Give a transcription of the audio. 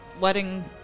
wedding